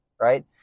right